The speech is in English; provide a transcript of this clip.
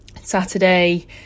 Saturday